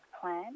plan